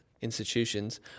institutions